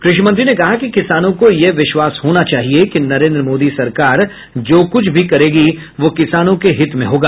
कृषि मंत्री ने कहा कि किसानों को यह विश्वास होना चाहिए कि नरेन्द्र मोदी सरकार जो कुछ भी करेगी वह किसानों के हित में होगा